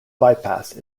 bypass